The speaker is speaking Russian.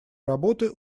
работы